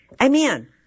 Amen